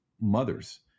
mothers